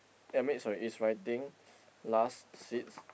I mean sorry is writing last seats